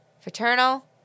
fraternal